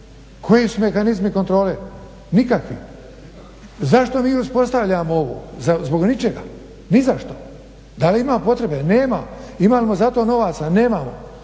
Koji su mehanizmi kontrole? Nikakvi. Zašto mi uspostavljamo ovo? Zbog ničega, nizašto. Da li ima potrebe? Nema. Imamo li za to novaca? Nemamo.